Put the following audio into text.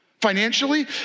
financially